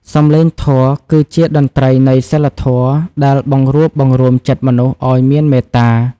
សំឡេងធម៌គឺជាតន្ត្រីនៃសីលធម៌ដែលបង្រួបបង្រួមចិត្តមនុស្សឱ្យមានមេត្តា។